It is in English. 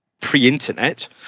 pre-internet